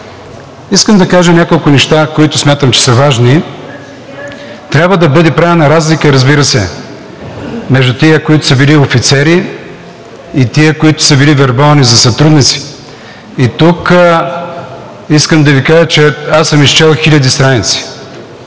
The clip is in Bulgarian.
Искам да кажа няколко неща, които смятам, че са важни. Трябва да бъде правена разлика, разбира се, между тези, които са били офицери, и тези, които са били вербувани за сътрудници. Тук искам да Ви кажа, че аз съм изчел хиляди страници